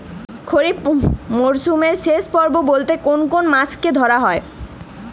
খরিপ মরসুমের শেষ পর্ব বলতে কোন কোন মাস কে ধরা হয়?